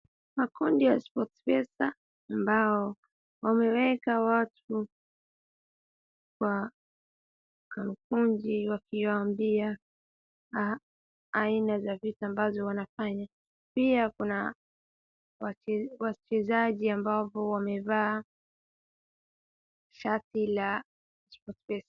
Makundi ya SportPesa ambao wameweka watu kwa kamukunji wakiwaambia aina za vitu ambayo wanafanya, pia kuna wachezaji ambao wamevaa shati la SportPesa.